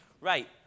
Right